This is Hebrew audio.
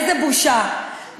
איזו בושה,